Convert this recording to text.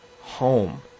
home